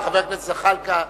חבר הכנסת זחאלקה,